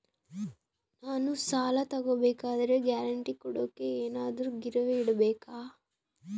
ನಾನು ಸಾಲ ತಗೋಬೇಕಾದರೆ ಗ್ಯಾರಂಟಿ ಕೊಡೋಕೆ ಏನಾದ್ರೂ ಗಿರಿವಿ ಇಡಬೇಕಾ?